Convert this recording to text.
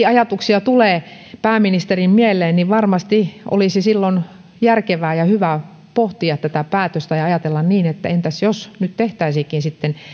ajatuksia tulee pääministerin mieleen niin varmasti olisi silloin järkevää ja hyvä pohtia tätä päätöstä ja ajatella niin että entäs jos nyt tehtäisiinkin sitten